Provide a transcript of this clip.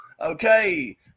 okay